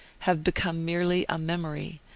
have become merely a memory,